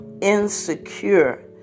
insecure